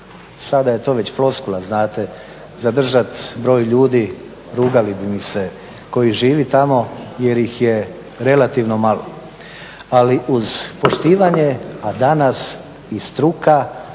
sada je to već floskula znate zadržati broj ljudi, rugali bi mi se, koji žive tamo jer ih je relativno malo. Ali uz poštivanje, a danas i struka